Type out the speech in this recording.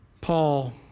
Paul